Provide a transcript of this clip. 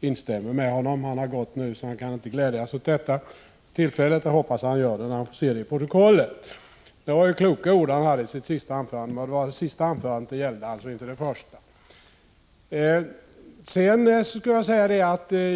instämde i det han sade. Nu har han lämnat kammaren, så han kan inte glädjas åt detta vid det här tillfället. Jag hoppas att han gör det när han läser protokollet. Det var kloka ord han sade i sitt sista anförande. Det gäller här alltså hans sista anförande, inte hans första.